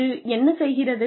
இது என்ன செய்கிறது